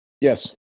Yes